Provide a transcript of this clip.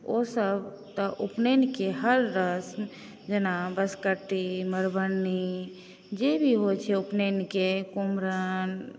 ओ सभ तऽ उपनयनके हर रस्म जेना बँसकट्टी मड़वनी जे भी होइ छै उपनयनके कुमरम